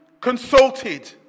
consulted